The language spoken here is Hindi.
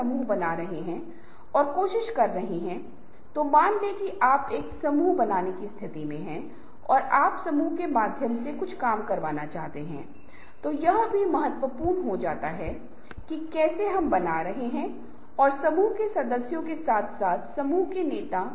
पुस्तकालय या स्थान बहुत कम विचलित होने के कारण विचलित होने से बचने के लिए अध्ययन के लिए समय का उपयोग करें और पेशे या स्कूल को पूर्णकालिक नौकरी के रूप में मानें